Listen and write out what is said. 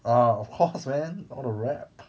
ya lah of course man all the rap